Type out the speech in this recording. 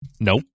Nope